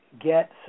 get